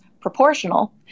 proportional